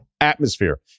atmosphere